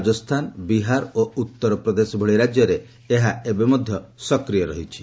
ରାଜସ୍ଥାନ ବିହାର ଓ ଉତ୍ତରପ୍ରଦେଶ ଭଳି ରାଜ୍ୟରେ ଏହା ଏବେ ମଧ୍ୟ ସକ୍ରିୟ ରହିଛି